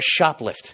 shoplift